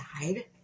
died